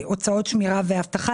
שמירה ואבטחה.